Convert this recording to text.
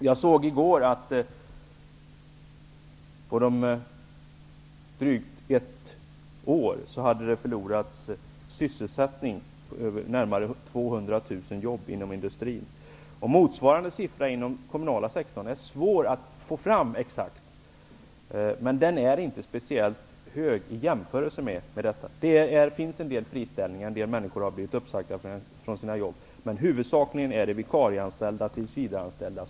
Jag såg i går att man inom industrin på drygt ett år har förlorat 200 000 jobb. Motsvarande siffror inom den kommunala sektorn är det svårt att exakt få fram, men den är inte speciellt hög jämfört med arbetslösheten inom industrin. Det har skett en del friställningar, men det har huvudsakligen gällt vikarier och tillsvidareanställda.